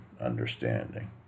understanding